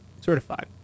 certified